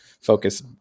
focus